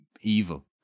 evil